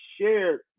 shared